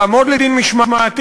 יעמוד לדין משמעתי,